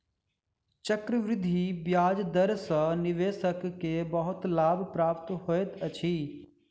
चक्रवृद्धि ब्याज दर सॅ निवेशक के बहुत लाभ प्राप्त होइत अछि